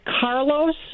Carlos